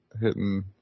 hitting